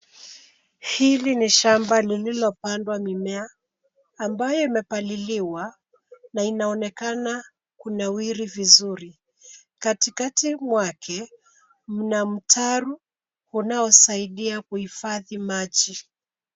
Hili ni shamba lililopandwa mimea ambayo imepaliliwa na inaonekana kunawiri vizuri. Katikati mwake mna mtaro unaosaidia kuhifadhi maji.